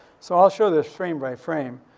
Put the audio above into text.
so i'll show this frame by frame.